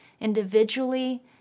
individually